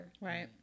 Right